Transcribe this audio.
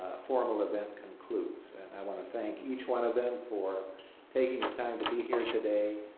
formal event concludes and i want to thank each one of them for taking the time to be here today,